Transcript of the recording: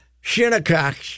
Shinnecock